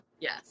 Yes